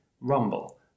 Rumble